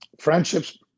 friendships